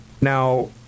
Now